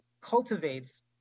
cultivates